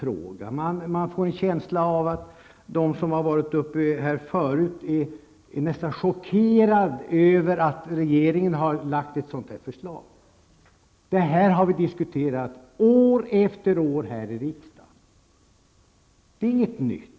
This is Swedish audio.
Man kan få en känsla av att de som har varit uppe tidigare är nästan chockerade över att regeringen har lagt ett sådant förslag. Den här frågan har vi i riksdagen diskuterat år efter år. Frågan är inte ny.